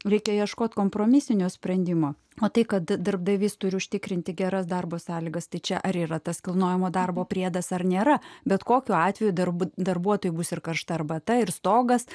reikia ieškoti kompromisinio sprendimo o tai kad darbdavys turi užtikrinti geras darbo sąlygas tai čia ar yra tas kilnojamo darbo priedas ar nėra bet kokiu atveju darbu darbuotojų bus ir karšta arbata ir stogas